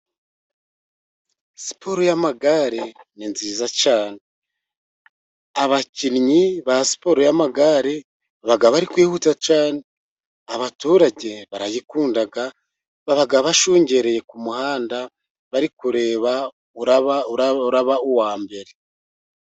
Siporo y'amagare ni nziza cyane. Abakinnyi ba siporo y'amagare baba bari kwihuta cyane. Abaturage barayikunda, baba bashungereye ku muhanda, bari kureba uraba uwa mbere.